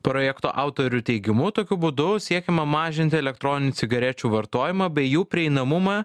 projekto autorių teigimu tokiu būdu siekiama mažinti elektroninių cigarečių vartojimą bei jų prieinamumą